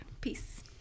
Peace